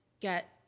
get